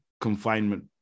confinement